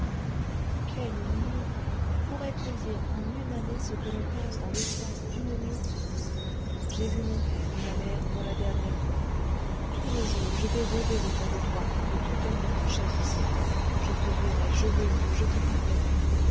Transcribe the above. quelle nuit pourrait-on dire en une année ce que l'on pense dans l'espace d'une nuit j'ai vu mon père et ma mère pour la dernière fois tout le jour je vais rôder autour de toi et toute la nuit prochaine aussi je te verrai je le veux je te parlerai